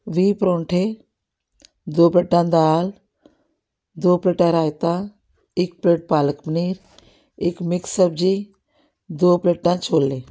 ਵੀਹ ਪਰੌਂਠੇ ਦੋ ਪਲੇਟਾਂ ਦਾਲ ਦੋ ਪਲੇਟਾਂ ਰਾਇਤਾ ਇੱਕ ਪਲੇਟ ਪਾਲਕ ਪਨੀਰ ਇੱਕ ਮਿਕਸ ਸਬਜ਼ੀ ਦੋ ਪਲੇਟਾਂ ਛੋਲੇ